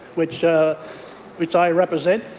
which ah which i represent.